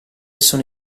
sono